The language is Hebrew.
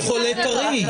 נכון, כי הוא חולה טרי.